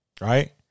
Right